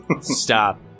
Stop